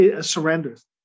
surrenders